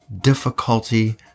difficulty